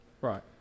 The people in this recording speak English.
Right